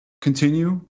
continue